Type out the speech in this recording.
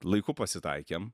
laiku pasitaikėm